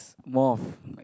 more of like